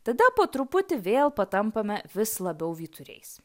tada po truputį vėl patampame vis labiau vyturiais